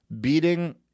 beating